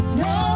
no